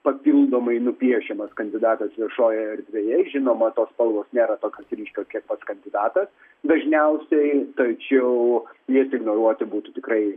papildomai nupiešiamas kandidatas viešojoje erdvėje žinoma tos spalvos nėra tokios ryškios kiek pats kandidatas dažniausiai tačiau jas ignoruoti būtų tikrai